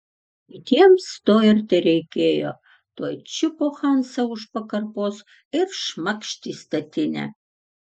kitiems to ir tereikėjo tuoj čiupo hansą už pakarpos ir šmakšt į statinę